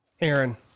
Aaron